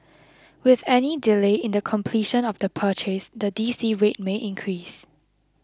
with any delay in the completion of the purchase the D C rate may increase